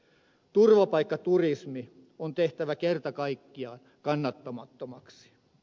turvapaikkaturismi on tehtävä kerta kaikkiaan kannattamattomaksi